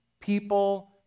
people